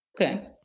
Okay